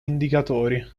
indicatori